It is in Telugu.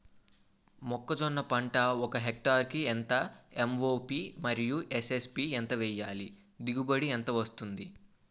మొక్కజొన్న పంట ఒక హెక్టార్ కి ఎంత ఎం.ఓ.పి మరియు ఎస్.ఎస్.పి ఎంత వేయాలి? దిగుబడి ఎంత వస్తుంది?